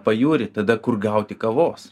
pajūrį tada kur gauti kavos